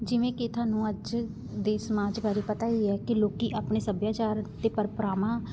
ਜਿਵੇਂ ਕਿ ਤੁਹਾਨੂੰ ਅੱਜ ਦੇ ਸਮਾਜ ਬਾਰੇ ਪਤਾ ਹੀ ਹੈ ਕਿ ਲੋਕ ਆਪਣੇ ਸੱਭਿਆਚਾਰ ਅਤੇ ਪ੍ਰੰਪਰਾਵਾਂ